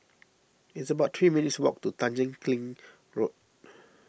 it's about three minutes' walk to Tanjong Kling Road